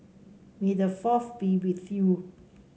may the Fourth be with you